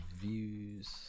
views